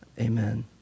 Amen